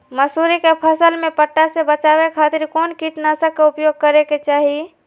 मसूरी के फसल में पट्टा से बचावे खातिर कौन कीटनाशक के उपयोग करे के चाही?